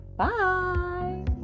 Bye